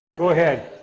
go ahead.